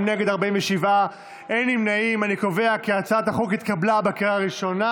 5) (הארכת תקופת הביניים והחלת הוראות נוספות),